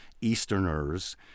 Easterners